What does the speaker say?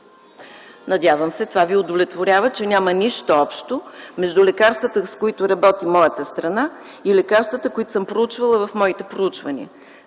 Надявам се това Ви удовлетворява, че няма нищо общо между лекарствата, с които работи моята страна, и лекарствата, които съм проучвала в моите проучвания.